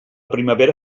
primavera